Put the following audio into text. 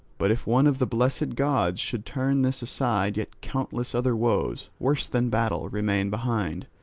but if one of the blessed gods should turn this aside yet countless other woes, worse than battle, remain behind,